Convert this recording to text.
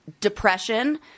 Depression